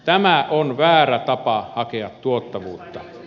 tämä on väärä tapa hakea tuottavuutta